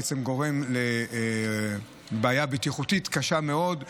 בעצם גורם לבעיה בטיחותית קשה מאוד,